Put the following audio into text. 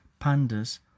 pandas